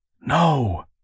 No